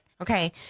Okay